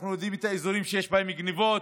אנחנו יודעים את האזורים שיש בהם גנבות,